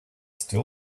still